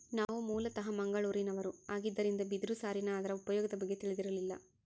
ನಾವು ಮೂಲತಃ ಮಂಗಳೂರಿನವರು ಆಗಿದ್ದರಿಂದ ಬಿದಿರು ಸಾರಿನ ಅದರ ಉಪಯೋಗದ ಬಗ್ಗೆ ತಿಳಿದಿರಲಿಲ್ಲ